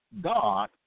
God